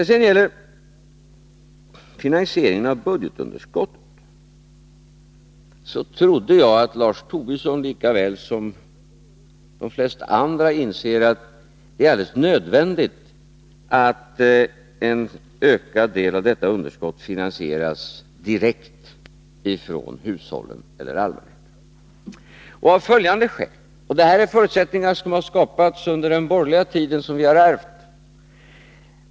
Vad sedan beträffar finansieringen av budgetunderskottet så trodde jag att Lars Tobisson lika väl som de flesta andra inser att det är alldeles nödvändigt att en ökad andel av detta underskott finansieras direkt från hushållen eller allmänheten. Skälen är följande. Det här är förutsättningar som har skapats under den borgerliga tiden och alltså sådant som vi har ärvt.